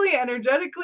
energetically